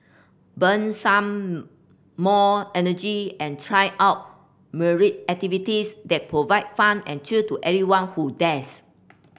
burn some more energy and try out myriad activities that provide fun and thrill to anyone who dares